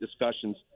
discussions